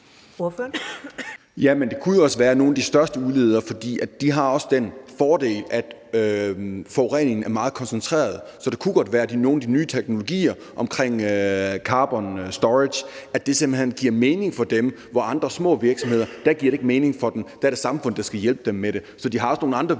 Det kunne jo også være nogle af de største udledere, for de har også den fordel, at forureningen er meget koncentreret. Så det kunne godt være, at nogle af de nye teknologier omkring carbon storage simpelt hen giver mening for dem, hvor det for andre små virksomheder ikke giver mening og det er samfundet, der skal hjælpe dem med det. Så de har også nogle andre virkemidler,